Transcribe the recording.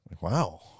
Wow